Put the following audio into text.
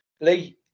Lee